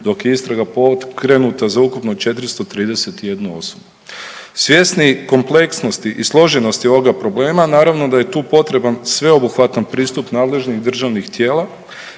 dok je istraga pokrenuta za ukupno 431 osobu. Svjesni kompleksnosti i složenosti ovoga problema naravno da je tu potreban sveobuhvatan pristup nadležnih državnih tijela